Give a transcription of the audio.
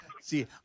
see